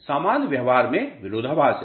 सामान्य व्यवहार में विरोधाभास है